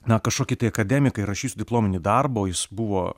na kažkokį tai akademikai rašysiu diplominį darbą jis buvo